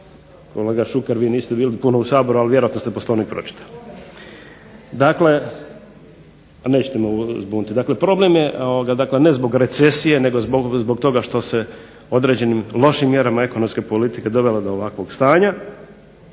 kolega Šuker vi niste bili puno u Saboru, ali vjerojatno ste Poslovnik pročitali. Dakle, nećete me zbuniti. Dakle, problem je, dakle ne zbog recesije, nego zbog toga što se određenim lošim mjerama ekonomske politike dovelo do ovakvog stanja.